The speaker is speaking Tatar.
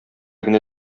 генә